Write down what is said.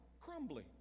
crumbly